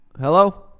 Hello